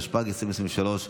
התשפ"ג 2023,